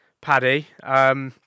Paddy